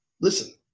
Listen